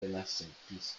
renacentista